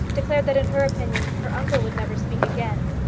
declared that in her opinion her uncle would never speak again.